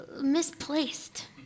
misplaced